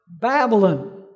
Babylon